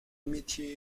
métier